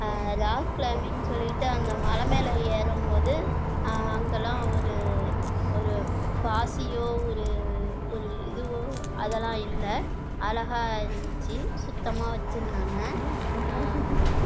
rock climbing சொல்லிட்டு அந்த மலை மேல் ஏறும் போது அங்கெல்லாம் ஒரு ஒரு பாசியோ ஒரு ஒரு இதுவோ அதெல்லாம் இல்லை அழகாக இருந்துச்சி சுத்தமாக வச்சிருந்தாங்க